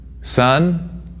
Son